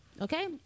Okay